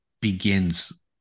begins